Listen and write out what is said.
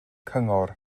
cyngor